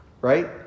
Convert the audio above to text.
Right